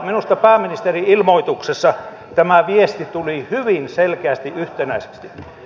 minusta pääministerin ilmoituksessa tämä viesti tuli hyvin selkeästi yhtenäisesti